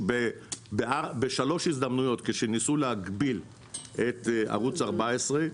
בשלוש הזדמנויות כשניסו להגביל את ערוץ 14,